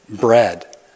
bread